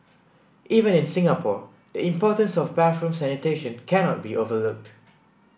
even in Singapore the importance of bathroom sanitation cannot be overlooked